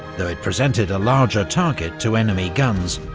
though it presented a larger target to enemy guns,